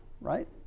right